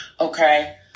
Okay